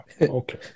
okay